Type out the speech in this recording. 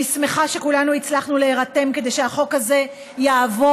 אני שמחה שכולנו הצלחנו להירתם כדי שהחוק הזה יעבור.